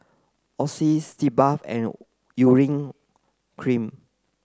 Oxy Sitz Bath and Urea Cream